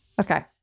Okay